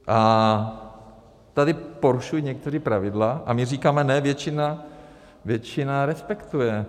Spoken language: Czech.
A tady porušují někteří pravidla a my říkáme ne, většina respektuje.